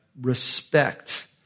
respect